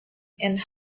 and